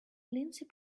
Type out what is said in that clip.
lindsey